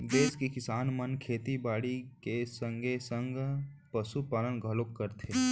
देस के किसान मन खेती बाड़ी के संगे संग पसु पालन घलौ करथे